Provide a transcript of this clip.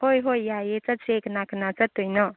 ꯍꯣꯏ ꯍꯣꯏ ꯌꯥꯏꯌꯦ ꯆꯠꯁꯦ ꯀꯅꯥ ꯀꯅꯥ ꯆꯠꯇꯣꯏꯅꯣ